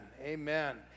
Amen